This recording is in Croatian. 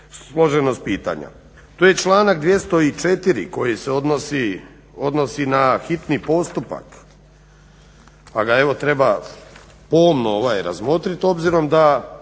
složenost pitanja. Tu je i članak 204. koji se odnosi na hitni postupak, pa ga evo treba pomno razmotrit obzirom da